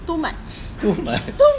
too much